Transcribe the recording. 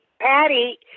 Patty